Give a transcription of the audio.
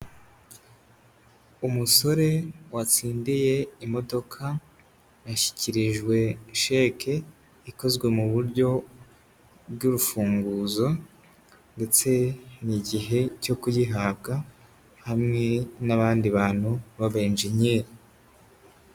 Umusore watsindiye imodoka yashyikirijwe sheke ikozwe mu buryo bw'urufunguzo ndetse ni igihe cyo kuyihabwa hamwe n'abandi bantu b'aba enjenyeri.